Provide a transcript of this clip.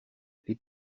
les